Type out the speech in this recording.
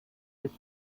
ist